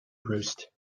roost